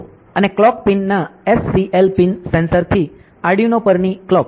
અને ક્લોક પિનના SCL pin સેન્સરથી થી આર્ડિનો પરની ક્લોક